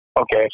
okay